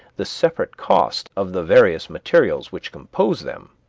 the separate cost of the various materials which compose them